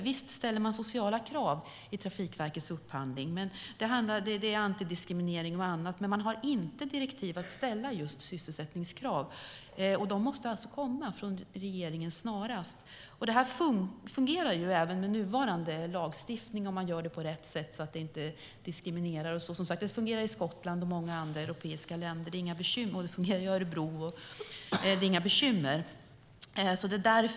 Visst ställer man sociala krav i Trafikverkets upphandling om antidiskriminering och annat, men man har inte direktiv att ställa just sysselsättningskrav. De måste alltså komma snarast från regeringen. Det här fungerar även med nuvarande lagstiftning om man gör det på rätt sätt så att vi inte diskriminerar. Det fungerar som sagt i Skottland och många andra europeiska länder. Det fungerar också i Örebro. Och det är inga bekymmer.